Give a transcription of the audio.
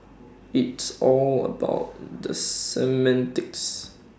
it's all about the semantics